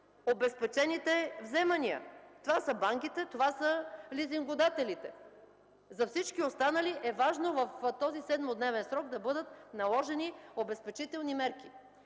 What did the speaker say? обезпечените вземания – това са банките, това са лизингодателите. За всички останали е важно в този 7-дневен срок да бъдат наложени обезпечителни мерки.